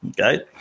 Okay